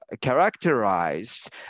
characterized